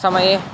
समये